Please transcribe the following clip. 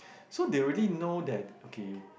so they already know that okay